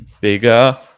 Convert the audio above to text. bigger